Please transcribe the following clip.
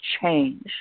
change